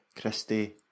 Christie